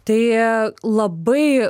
tai labai